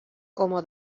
como